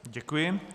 Děkuji.